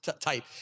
type